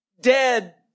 dead